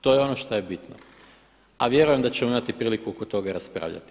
To je ono šta je bitno, a vjerujem da ćemo imati priliku oko toga raspravljati.